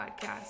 Podcast